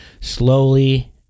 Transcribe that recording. slowly